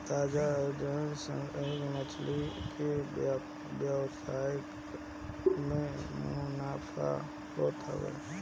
ताजा जलीय संवर्धन से मछरी के व्यवसाय में मुनाफा होत हवे